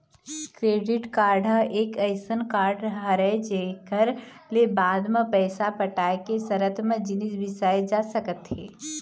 credit card ह एक अइसन कारड हरय जेखर ले बाद म पइसा पटाय के सरत म जिनिस बिसाए जा सकत हे